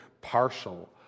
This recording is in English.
partial